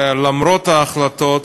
למרות ההחלטות,